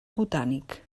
botànic